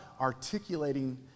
articulating